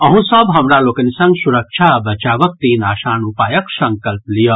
अह्हू सभ हमरा लोकनि संग सुरक्षा आ बचावक तीन आसान उपायक संकल्प लियऽ